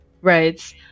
right